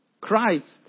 Christ